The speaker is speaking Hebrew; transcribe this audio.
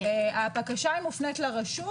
הבקשה מופנית לרשות,